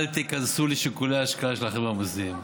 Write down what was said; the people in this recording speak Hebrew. אל תיכנסו לשיקולי ההשקעה של החבר'ה המוסדיים.